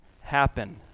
happen